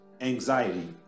anxiety